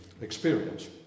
experience